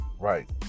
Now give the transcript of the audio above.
Right